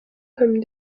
comme